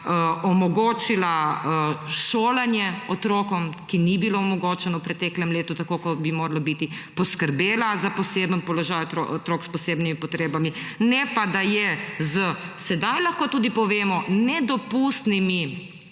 omogočila šolanje otrokom, ki ni bilo omogočeno v preteklem letu tako, kot bi moralo biti, poskrbela za poseben položaj otrok s posebnimi potrebami. Ne pa, da je z – sedaj lahko tudi povemo – nedopustnimi